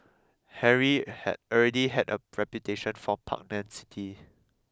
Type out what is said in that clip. Harry had already had a reputation for pugnacity